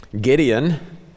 Gideon